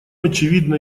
очевидна